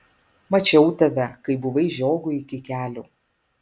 mačiau tave kai buvai žiogui iki kelių